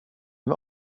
med